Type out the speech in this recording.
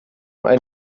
ein